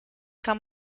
kann